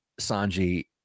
Sanji